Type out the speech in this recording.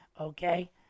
Okay